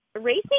racing